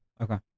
Okay